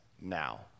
now